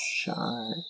Shine